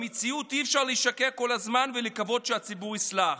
במציאות אי-אפשר לשקר כל הזמן ולקוות שהציבור יסלח.